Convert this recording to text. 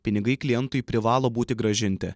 pinigai klientui privalo būti grąžinti